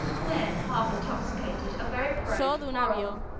men half intoxicated are very prone to quarrel,